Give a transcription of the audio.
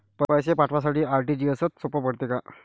पैसे पाठवासाठी आर.टी.जी.एसचं सोप पडते का?